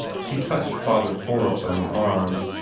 she touched father forbes on the arm.